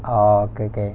oh okay okay